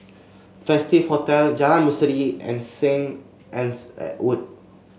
Festive Hotel Jalan Berseri and Saint Anne's Wood